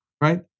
right